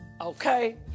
Okay